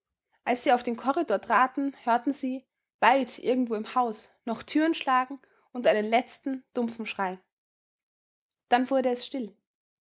als sie auf den korridor traten hörten sie weit irgendwo im haus noch türen schlagen und einen letzten dumpfen schrei dann wurde es still